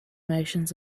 motions